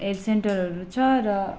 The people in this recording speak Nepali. हेल्थ सेन्टरहरू छ र